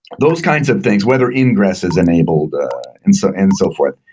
those kinds of things, whether ingress is enabled and so and so forth.